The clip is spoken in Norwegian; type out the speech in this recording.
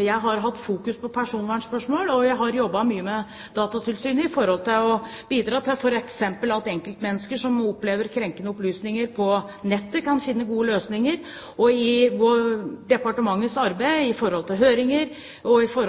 Jeg har hatt fokus på personvernspørsmål, og jeg har jobbet mye med Datatilsynet for å bidra til at f.eks. enkeltmennesker som opplever krenkende opplysninger på nettet, kan finne gode løsninger. I departementets arbeid med høringer og i